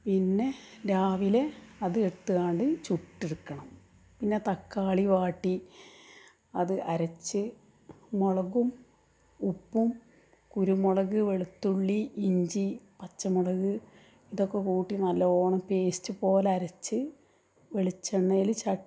പിന്നെ രാവിലെ അത് എടുത്തു കൊണ്ട് ചുട്ടെടുക്കണം പിന്നെ തക്കാളി വാട്ടി അത് അരച്ച് മുളകും ഉപ്പും കുരുമുളക് വെളുത്തുള്ളി ഇഞ്ചി പച്ചമുളക് ഇതൊക്കെ കൂട്ടി നല്ലവണ്ണം പേസ്റ്റ് പോലെ അരച്ച് വെളിച്ചെണ്ണയിൽ ച